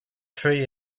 tree